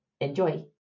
Enjoy